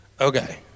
Okay